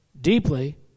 deeply